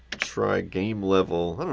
try game level,